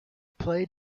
played